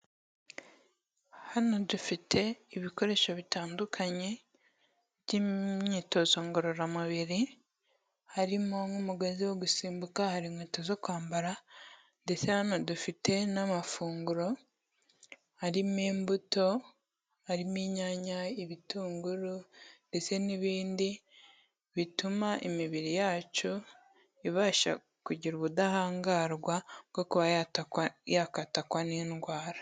Hano dufite ibikoresho bitandukanye by'imyitozo ngororamubiri, harimo nk'umugozi wo gusimbuka, hari inkweto zo kwambara, ndetse hano dufite n'amafunguro arimo imbuto, harimo n'inyanya, ibitunguru ndetse n'ibindi bituma imibiri yacu ibasha kugira ubudahangarwa bwo kuba yakatakwa n'indwara.